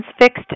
fixed